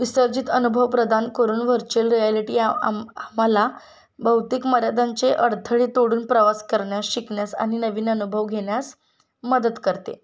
विसर्जित अनुभव प्रदान करून व्हर्च्युअल रियालिटी या आम आम्हाला भौतिक मर्यादांचे अडथळे तोडून प्रवास करण्यास शिकण्यास आणि नवीन अनुभव घेण्यास मदत करते